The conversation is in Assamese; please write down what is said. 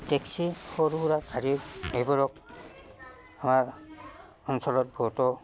টেক্সি সৰু সুৰা গাড়ী এইবোৰো আমাৰ অঞ্চলত বহুতো